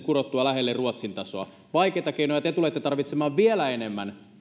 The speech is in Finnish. kurottua lähelle ruotsin tasoa vaikeita keinoja te tulette tarvitsemaan vielä enemmän